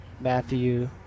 Matthew